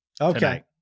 Okay